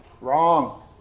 Wrong